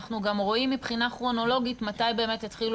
אנחנו גם רואים מבחינה כרונולוגית מתי באמת התחילו